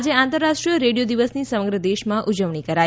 આજે આંતરરાષ્રીઓાય રેડિયો દિવસની સમગ્ર દેશમાં ઉજવણી કરાઇ